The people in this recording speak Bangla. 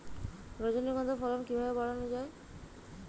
রজনীগন্ধা ফলন কিভাবে বাড়ানো যায়?